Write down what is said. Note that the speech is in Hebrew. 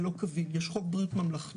זה לא קביל, יש חוק בריאות ממלכתי,